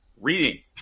reading